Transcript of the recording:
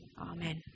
Amen